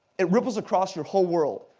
it ripples across your whole world.